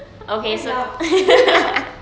why you laugh